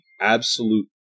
absolute